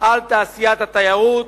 על תעשיית התיירות,